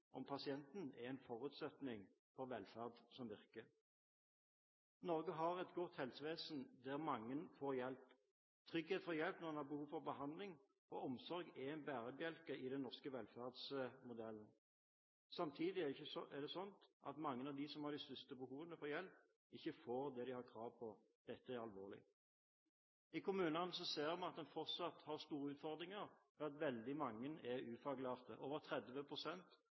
om pasienten er en forutsetning for velferd som virker. Norge har et godt helsevesen der mange får hjelp. Trygghet for hjelp når en har behov for behandling og omsorg, er en bærebjelke i den norske velferdsmodellen. Samtidig er det slik at mange av dem som har de største behovene for hjelp, ikke får det de har krav på. Dette er alvorlig. I kommunene ser vi at en fortsatt har store utfordringer fordi veldig mange er ufaglærte. Over